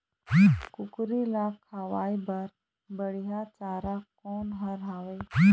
कुकरी ला खवाए बर बढीया चारा कोन हर हावे?